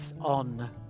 on